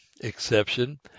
exception